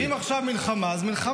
אני חושב שאם עכשיו מלחמה אז מלחמה.